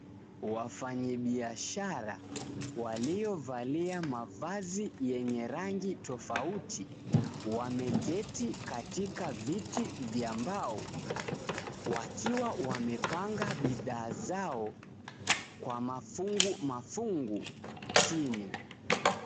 Wafanyibiashara waliovalia mavazi yenye rangi tofauti, wameketi katika viti vya mbao, wakiwa wamepanga bidhaa zao kwa mafungu mafungu chini.